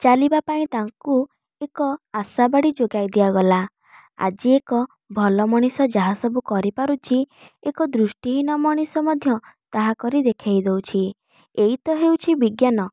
ଚାଲିବ ପାଇଁ ତାଙ୍କୁ ଏକ ଆଶାବାଡ଼ି ଯୋଗାଇ ଦିଆଗଲା ଆଜି ଏକ ଭଲ ମଣିଷ ଯାହା ସବୁ କରିପାରୁଛି ଏକ ଦୃଷ୍ଟିହୀନ ମଣିଷ ମଧ୍ୟ ତାହା କରି ଦେଖେଇ ଦେଉଛି ଏଇ ତ ହେଉଛି ବିଜ୍ଞାନ